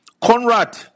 Conrad